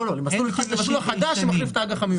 לא, למסלול החדש שמחליף את האג"ח המיועד.